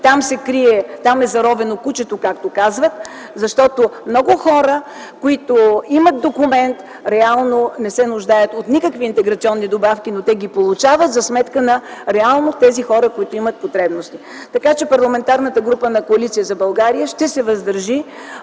Там е заровено кучето, както казват. Защото много хора, които имат документ, реално не се нуждаят от никакви интеграционни добавки, но ги получават за сметка на хората, които имат потребности. Парламентарната група на Коалиция за България ще се въздържи